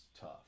tough